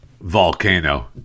volcano